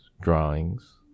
drawings